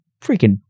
freaking